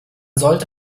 sollte